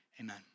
Amen